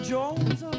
Jones